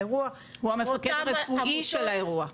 האירוע --- הוא המפקד הרפואי של האירוע.